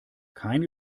keine